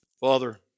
Father